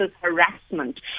harassment